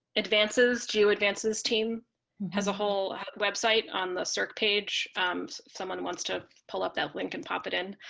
advances, geoadvances team has a whole website on the serc page someone wants to pull up that link and pop it in